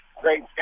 great